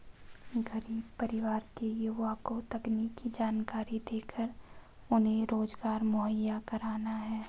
गरीब परिवार के युवा को तकनीकी जानकरी देकर उन्हें रोजगार मुहैया कराना है